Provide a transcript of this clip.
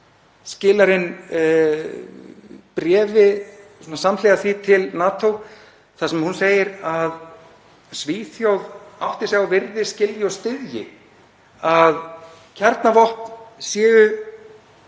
skilar inn bréfi samhliða því til NATO þar sem hún segir að Svíþjóð átti sig á, virði, skilji og styðji að kjarnavopn séu